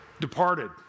departed